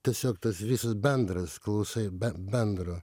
tiesiog tas visas bendras klausai be bendro